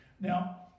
Now